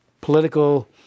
political